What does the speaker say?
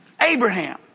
Abraham